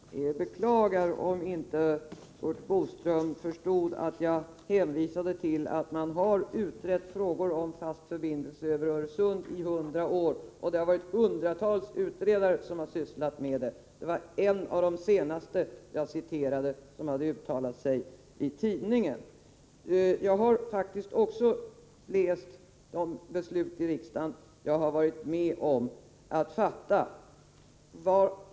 Fru talman! Jag beklagar om Curt Boström inte förstod att jag hänvisade till att man har utrett frågan om en fast förbindelse över Öresund i hundra år och att hundratals utredare har sysslat med den saken. Det var en av de senaste som hade uttalat sig i tidningen och som jag citerade. Även jag har faktiskt läst det riksdagsbeslut som jag har varit med om att . fatta.